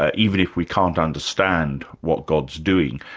ah even if we can't understand what god's doing,